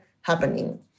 happening